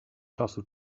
czasu